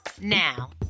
Now